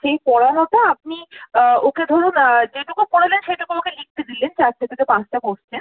সেই পড়ানোটা আপনি ওকে ধরুন যেটুকু পড়ালেন সেটুকু ওকে লিখতে দিলেন চারটে থেকে পাঁচটা কোশ্চেন